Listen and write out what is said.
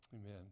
Amen